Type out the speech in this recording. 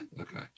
okay